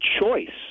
choice